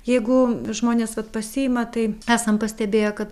jeigu žmonės vat pasiima tai esam pastebėję kad